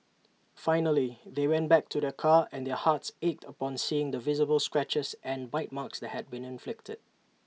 finally they went back to their car and their hearts ached upon seeing the visible scratches and bite marks that had been inflicted